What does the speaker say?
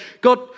God